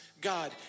God